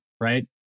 right